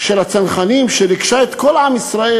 של הצנחנים שריגשה את כל עם ישראל,